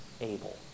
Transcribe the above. able